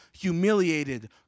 humiliated